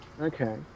Okay